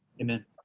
Amen